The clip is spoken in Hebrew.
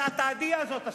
את זה ה"תהדיה" הזאת עשתה.